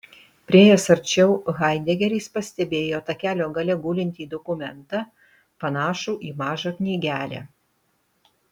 priėjęs arčiau haidegeris pastebėjo takelio gale gulintį dokumentą panašų į mažą knygelę